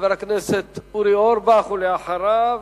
חבר הכנסת אורי אורבך, ואחריו,